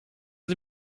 sie